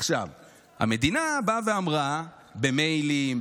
המדינה באה ואמרה: במיילים,